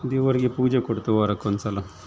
ದೇವರಿಗೆ ಪೂಜೆ ಕೊಡ್ತೇವೆ ವಾರಕ್ಕೆ ಒಂದ್ಸಲ